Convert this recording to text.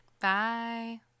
Bye